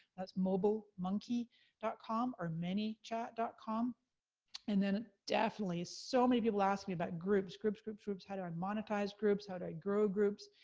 that's mobilemonkey dot com or manychat dot com and then ah definitely, so many people ask me about groups. groups, groups, groups, how do i and monetize groups? how do i grow groups?